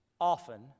often